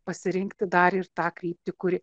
pasirinkti dar ir tą kryptį kuri